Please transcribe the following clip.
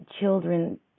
children